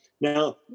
Now